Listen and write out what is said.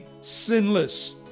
Sinless